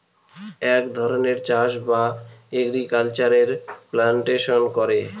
এক ধরনের চাষ বা এগ্রিকালচারে প্লান্টেশন করে